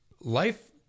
life